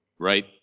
Right